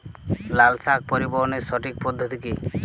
লালশাক পরিবহনের সঠিক পদ্ধতি কি?